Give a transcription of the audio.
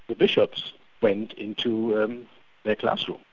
but bishops went into their classroom,